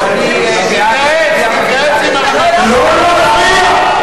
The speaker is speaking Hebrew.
אדוני היושב-ראש, לא להפריע,